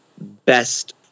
best